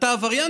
אתה עבריין,